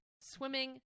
swimming